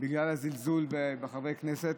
בגלל הזלזול בחברי הכנסת,